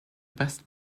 best